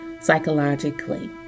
psychologically